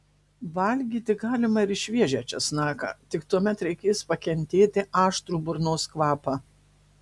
valgyti galima ir šviežią česnaką tik tuomet reikės pakentėti aštrų burnos kvapą